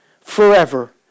forever